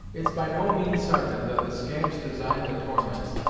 it's by no means sartain that the scamps design the torments,